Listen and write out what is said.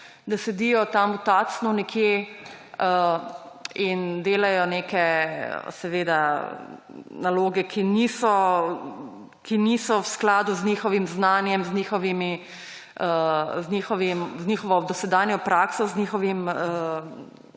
da sedijo tam v Tacnu nekje in delajo neke naloge, ki niso v skladu z njihovim znanjem, z njihovo dosedanjo prakso, z njihovimi